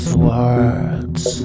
words